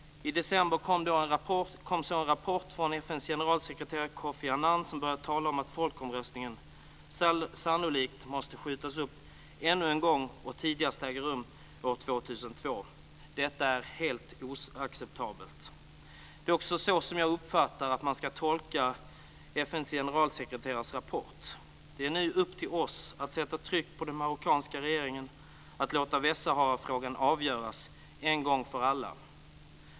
I december kom en rapport från FN:s generalsekreterare Kofi Annan som började tala om att folkomröstningen sannolikt måste skjutas upp ännu en gång och tidigast äger rum år 2002. Detta är helt oacceptabelt. Det är också så som jag uppfattar att man ska tolka FN:s generalsekreterares rapport. Det är nu upp till oss att sätta tryck på den marockanska regeringen att låta Västsaharafrågan avgöras en gång för alla.